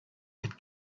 had